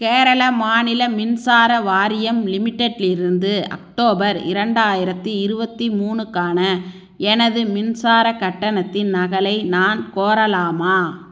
கேரள மாநில மின்சார வாரியம் லிமிடெடிலிருந்து அக்டோபர் இரெண்டாயிரத்தி இருபத்தி மூணுக்கான எனது மின்சார கட்டணத்தின் நகலை நான் கோரலாமா